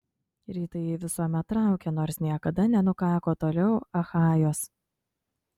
rytai jį visuomet traukė nors niekada nenukako toliau achajos